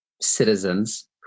citizens